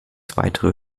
weitere